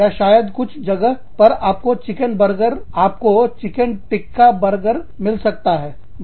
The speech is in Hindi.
या शायद कुछ जगहों पर आपको चिकन टिक्का बर्गर मिल सकता है